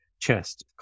chest